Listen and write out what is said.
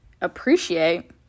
appreciate